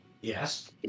Yes